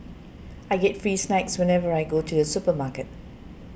I get free snacks whenever I go to the supermarket